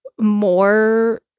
more